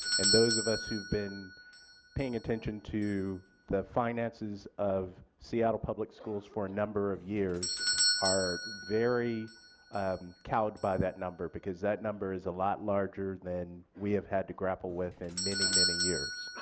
and those of us who have been paying attention to the finances of seattle public schools for a number of years are very cowed by that number because that number is a lot larger than we have had to grapple with in many many years.